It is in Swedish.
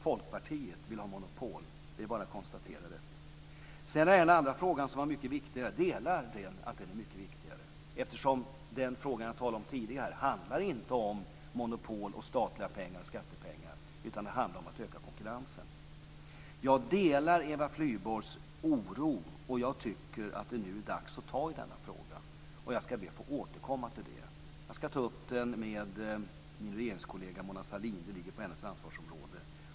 Folkpartiet vill ha monopol. Det är bara att konstatera detta. Jag delar uppfattningen att den andra frågan är mycket viktigare. Den fråga jag talade om tidigare handlar inte om monopol, statliga pengar och skattepengar. Den handlar om att öka konkurrensen. Jag delar Eva Flyborgs oro. Jag tycker att det nu är dags att ta tag i denna fråga. Jag ska be att få återkomma till den. Jag ska ta upp den med min regeringskollega Mona Sahlin. Den ligger inom hennes ansvarsområde.